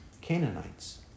Canaanites